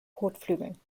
kotflügeln